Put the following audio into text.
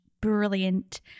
brilliant